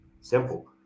simple